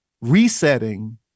Resetting